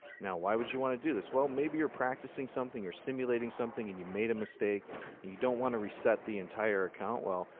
now, why would you want to do this? well, maybe you're practicing something or simulating something and you made a mistake and you don't want to reset the entire account. well,